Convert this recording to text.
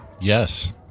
Yes